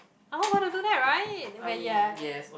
I won't go to do that right but ya